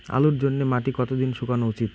আলুর জন্যে মাটি কতো দিন শুকনো উচিৎ?